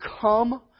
come